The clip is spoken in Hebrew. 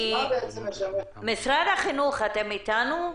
משרד החינוך, אתם איתנו?